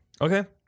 okay